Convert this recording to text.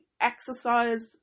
exercise